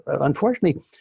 unfortunately